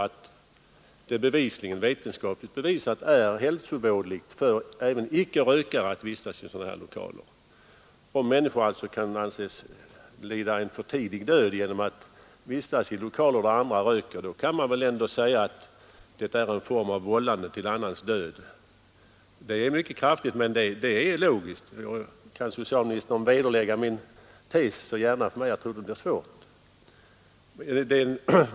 Om det nu är vetenskapligt bevisat att det är hälsovådligt även för icke-rökare att vistas i sådana här lokaler, om människor alltså kan anses lida en för tidig död genom att vistas i lokaler där andra röker, då kan man väl ändå säga att det är en form av vållande till annans död. Det är mycket kraftigt uttryckt, men det är logiskt. Kan socialministern vederlägga min tes, så gärna för mig — jag tror att det blir svårt.